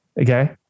Okay